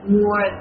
more